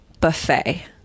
buffet